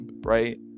right